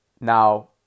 Now